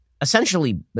essentially